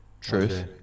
truth